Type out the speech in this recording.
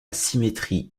symétrie